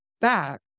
Back